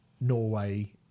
Norway